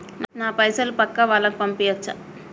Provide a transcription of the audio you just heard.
నా పైసలు పక్కా వాళ్ళకు పంపియాచ్చా?